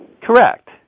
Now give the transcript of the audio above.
Correct